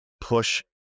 push